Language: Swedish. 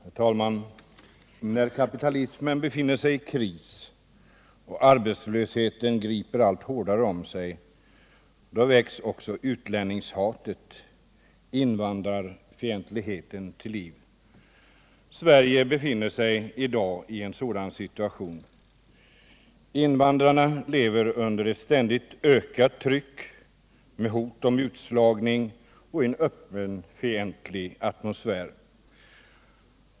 Herr talman! När kapitalismen befinner sig i kris och arbetslösheten griper allt hårdare kring sig väcks också utlänningshatet-invandrarfientligheten till liv. Sverige befinner sig i dag i en sådan situation. Invandrarna lever under ett ständigt ökat tryck med hot om utslagning och i en öppet fientlig atmosfär.